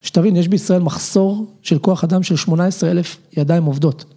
שתבין, יש בישראל מחסור של כוח אדם של 18,000 ידיים עובדות.